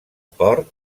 port